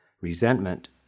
resentment